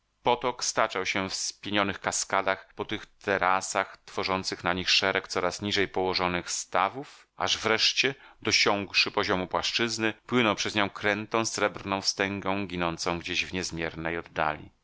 potok staczał się w spienionych kaskadach po tych terasach tworząc na nich szereg coraz niżej położonych stawów aż wreszcie dosiągłszy poziomu płaszczyzny płynął przez nią krętą srebrną wstęgą ginącą gdzieś w niezmiernej oddali